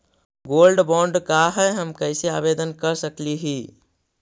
Gold bond का है, हम कैसे आवेदन कर सकली ही?